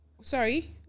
Sorry